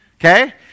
Okay